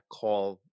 call